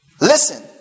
Listen